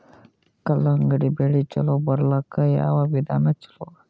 ಕಲ್ಲಂಗಡಿ ಬೆಳಿ ಚಲೋ ಬರಲಾಕ ಯಾವ ವಿಧಾನ ಚಲೋ?